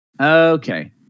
Okay